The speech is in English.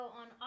on